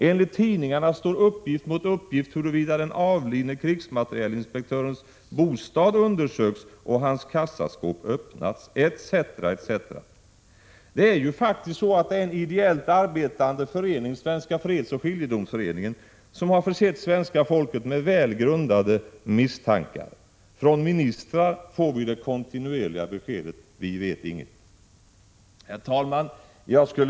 Enligt tidningarna står uppgift mot uppgift huruvida den avlidne krigsmaterielinspektörens bostad hade undersökts och hans kassaskåp Öppnats — etc. Det är faktiskt en ideellt arbetande förening, Svenska fredsoch skiljedomsföreningen, som har försett svenska folket med väl grundade misstankar. Från ministrar ges kontinuerligt beskedet: Vi vet ingenting. Herr talman!